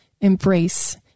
embrace